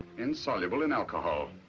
insoluble in alcohol.